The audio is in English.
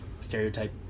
stereotype